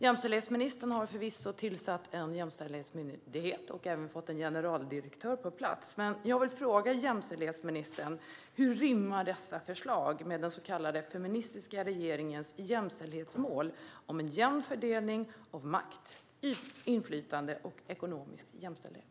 Jämställhetsminstern har förvisso tillsatt en jämställdhetsmyndighet och även fått en generaldirektör på plats. Men jag vill fråga jämställdhetsministern: Hur rimmar dessa förslag med den så kallade feministiska regeringens jämställdhetsmål om en jämn fördelning av makt och inflytande och ekonomisk jämställdhet?